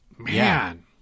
man